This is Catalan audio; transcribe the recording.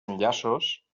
enllaços